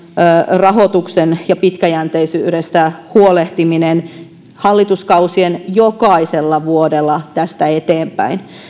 rahoituksen pitkäjänteisyydestä huolehtiminen hallituskausien jokaisella vuodella tästä eteenpäin